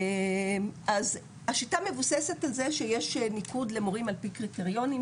אז השיטה מבוססת על זה שיש ניקוד למורים על פי קריטריונים,